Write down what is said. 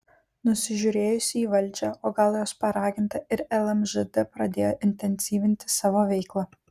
nusižiūrėjusi į valdžią o gal jos paraginta ir lmžd pradėjo intensyvinti savo veiklą